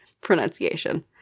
pronunciation